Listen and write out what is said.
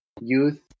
youth